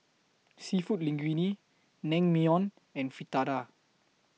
Seafood Linguine Naengmyeon and Fritada